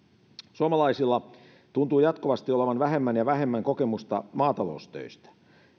suomalaisilla tuntuu jatkuvasti olevan vähemmän ja vähemmän kokemusta maataloustöistä